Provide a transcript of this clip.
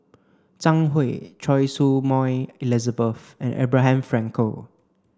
Zhang Hui Choy Su Moi Elizabeth and Abraham Frankel